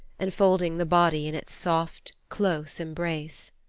enfolding the body in its soft, close embrace.